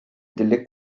delle